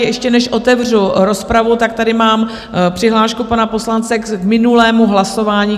Ještě než otevřu rozpravu, tak tady mám přihlášku pana poslance k minulému hlasování.